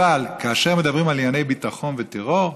אבל כאשר מדברים על ענייני ביטחון וטרור,